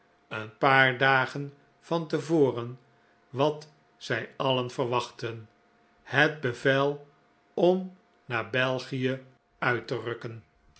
een paar dagen van te voren wat zij alien verwachtten het bevel om naar belgie uit te rukken